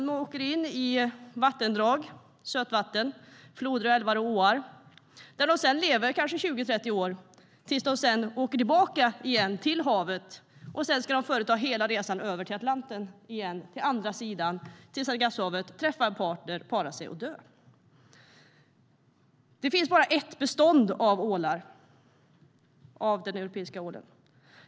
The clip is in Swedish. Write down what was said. De simmar in i sötvattendrag - floder, älvar, åar - där de lever i 20-30 år för att sedan simma tillbaka till havet. Därefter ska de företa hela resan över Atlanten tillbaka till Sargassohavet, träffa en partner, para sig och dö. Det finns bara ett bestånd av den europeiska ålen.